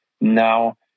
Now